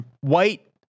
white